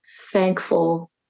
thankful